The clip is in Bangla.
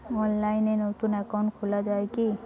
অনলাইনে নতুন একাউন্ট খোলা য়ায় কি?